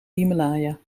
himalaya